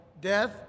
death